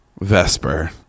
vesper